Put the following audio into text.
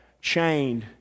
chained